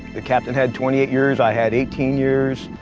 the captain had twenty eight years, i had eighteen years,